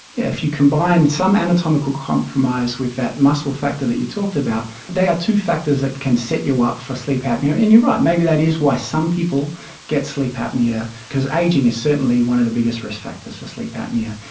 if you combine some anatomical compromise with that muscle factor that you talked about, they are two factors that can set you up for sleep apnoea. and you're right, maybe that is why some people get sleep apnoea, because ageing is certainly one of the biggest risk factors for sleep apnoea.